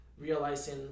realizing